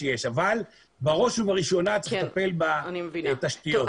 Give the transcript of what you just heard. בראש ובראשונה צריך לטפל בתשתיות.